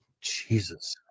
Jesus